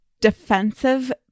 defensive